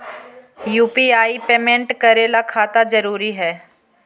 UPI payment करे ला खाता जरूरी है?